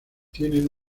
tienen